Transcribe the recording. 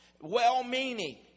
Well-meaning